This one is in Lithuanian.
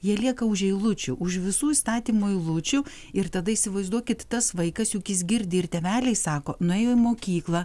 jie lieka už eilučių už visų įstatymo eilučių ir tada įsivaizduokit tas vaikas juk jis girdi ir tėveliai sako nuėjo į mokyklą